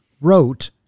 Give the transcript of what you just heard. wrote